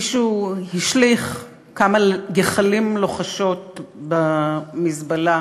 מישהו השליך כמה גחלים לוחשות במזבלה